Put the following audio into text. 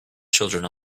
children